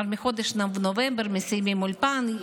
כבר בחודש נובמבר מסיימים אולפן,